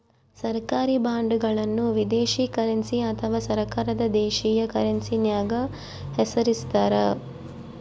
ಸರ್ಕಾರಿ ಬಾಂಡ್ಗಳನ್ನು ವಿದೇಶಿ ಕರೆನ್ಸಿ ಅಥವಾ ಸರ್ಕಾರದ ದೇಶೀಯ ಕರೆನ್ಸ್ಯಾಗ ಹೆಸರಿಸ್ತಾರ